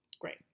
Great